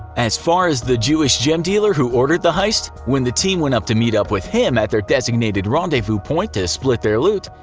as far as the jewish gem dealer who ordered the heist, when the team went to meet up with him at their designated rendezvous point to split their loot,